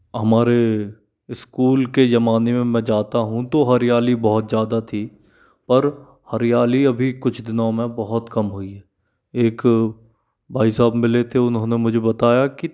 हमारे इस्कूल के जमाने में मैं जाता हूँ तो हरियाली बहुत ज़्यादा थी पर हरियाली अभी कुछ दिनों में बहुत कम हुई है एक भाई साहब मिले थे उन्होंने मुझे बताया कि